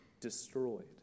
destroyed